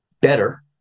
better